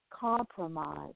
compromise